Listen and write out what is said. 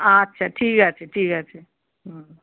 আচ্ছা ঠিক আছে ঠিক আছে হুম